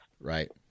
Right